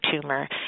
tumor